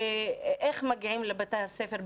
איך מגיעים לבתי הספר,